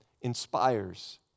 inspires